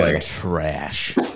trash